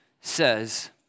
says